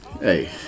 Hey